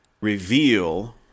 reveal